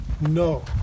No